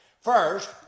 First